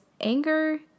anger